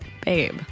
babe